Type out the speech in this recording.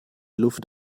luft